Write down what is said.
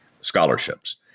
scholarships